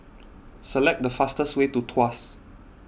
select the fastest way to Tuas